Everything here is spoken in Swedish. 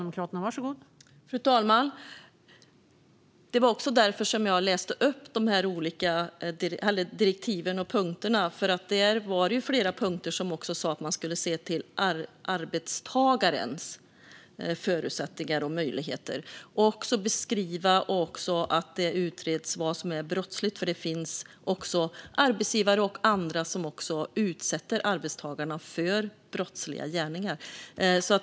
Fru talman! Det var därför jag läste upp de olika direktiven och punkterna. Där var det nämligen flera punkter som handlade om att se till arbetstagarens förutsättningar och möjligheter samt att beskriva och utreda vad som är brottsligt. Det finns nämligen arbetsgivare och andra som utsätter arbetstagarna för brottsliga gärningar.